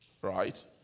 Right